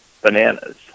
bananas